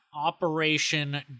Operation